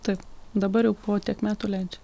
taip dabar jau po tiek metų leidžia